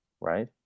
Right